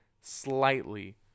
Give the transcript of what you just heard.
slightly